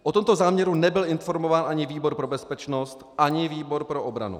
O tomto záměru nebyl informován ani výbor pro bezpečnost, ani výbor pro obranu.